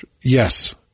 Yes